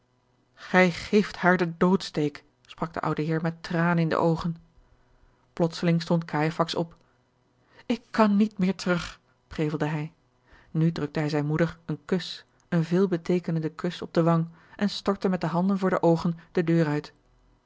gij geeft haar den doodsteek sprak de oude heer met tranen in de oogen george een ongeluksvogel plotseling stond cajefax op ik kan niet meer terug prevelde hij nu drukte hij zijne moeder een kus een veelbeteekenenden kus op de wang en stortte met de handen voor de oogen de deur uit